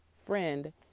friend